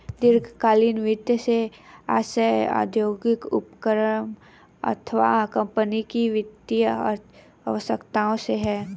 दीर्घकालीन वित्त से आशय औद्योगिक उपक्रम अथवा कम्पनी की वित्तीय आवश्यकताओं से है